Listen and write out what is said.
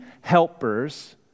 helpers